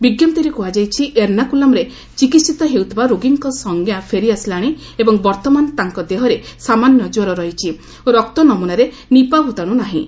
ବିଞ୍ଜପ୍ତିରେ କୁହାଯାଇଛି ଏର୍ଷାକୁଳମ୍ରେ ଚିକିହିତ ହେଉଥିବା ରୋଗୀଙ୍କ ସଂଜ୍ଞା ଫେରିଆସିଲାଣି ଏବଂ ବର୍ତ୍ତମାନ ତାଙ୍କ ଦେହରେ ସାମାନ୍ୟ କ୍ୱର ରହିଛି ଓ ରକ୍ତ ନମୁନାରେ ନିପା ଭୂତାଣୁ ନାହିଁ